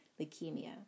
leukemia